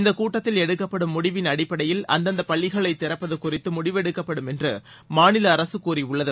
இந்தக் கூட்டத்தில் எடுக்கப்படும் முடிவின் அடிப்படையில் அந்தந்த பள்ளிகளை திறப்பது குறித்து முடிவெடுக்கப்படும் என்று மாநில அரசு கூறியுள்ளது